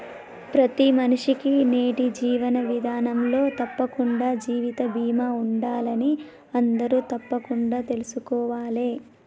ప్రతి మనిషికీ నేటి జీవన విధానంలో తప్పకుండా జీవిత బీమా ఉండాలని అందరూ తప్పకుండా తెల్సుకోవాలే